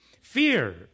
fear